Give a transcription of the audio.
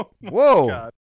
Whoa